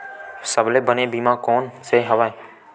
सबले बने बीमा कोन से हवय?